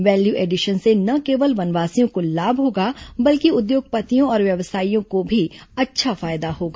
value addition से न केवल वनवासियों को लाभ होगा बल्कि उद्योगपतियों और व्यवसायियों को भी अच्छा फायदा होगा